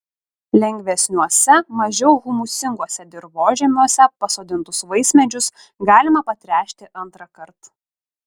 lengvesniuose mažiau humusinguose dirvožemiuose pasodintus vaismedžius galima patręšti antrąkart